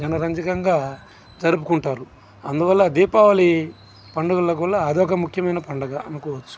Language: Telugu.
జనరంజకంగా జరుపుకుంటారు అందువల్ల దీపావళి పండుగలో కల్ల అది ముఖ్యమైన పండుగ అనికోవచ్చు